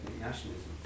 nationalism